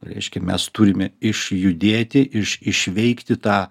reiškia mes turime išjudėti išveikti tą